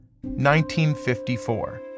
1954